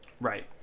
Right